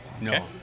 no